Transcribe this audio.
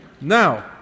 Now